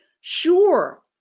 sure